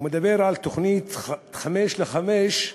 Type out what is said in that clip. הוא מדבר על תוכנית "חמש לחמש"